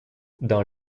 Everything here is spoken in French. dans